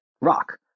rock